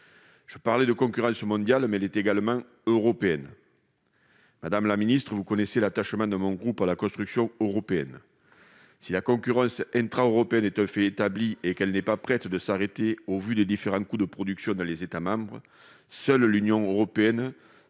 Je parlais de concurrence mondiale, mais celle-ci est également européenne. Vous connaissez, madame la ministre, l'attachement de mon groupe à la construction européenne. Si la concurrence intraeuropéenne, qui est un fait établi, n'est pas près de s'arrêter au vu des différents coûts de production dans les États membres, seule l'Union européenne